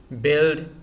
build